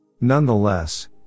Nonetheless